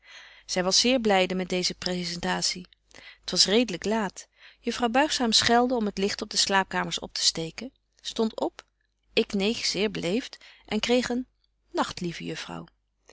was zeer blyde met deeze presentatie t was redelyk laat juffrouw buigzaam schelde om t licht op de slaapkamers optesteken stondt op ik neeg zeer beleeft en kreeg een nagt lieve juffrouw